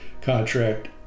contract